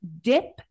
dip